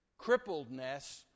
crippledness